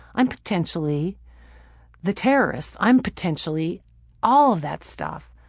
i'm potentially the terrorist, i'm potentially all of that stuff.